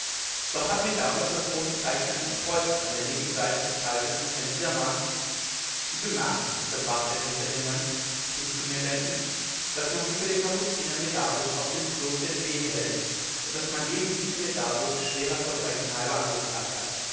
doch hat medardus das rote zeichen eines kreuzes an der linken seite des halses und wenn dieser mann sie bemerken unterbrach der richter den mönch sich zu mir wendend daß man sie für den kapuziner medardus aus dem kloster in b hält und daß man eben diesen medardus schwerer verbrechen halber angeklagt hat